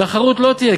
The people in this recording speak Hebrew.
תחרות לא תהיה,